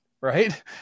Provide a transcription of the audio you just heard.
Right